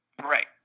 right